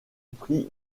prix